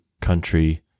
country